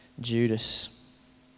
Judas